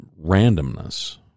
randomness